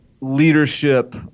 leadership